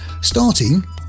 starting